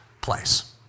place